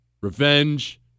Revenge